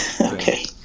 okay